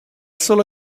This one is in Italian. solo